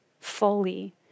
fully